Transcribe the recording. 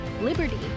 liberty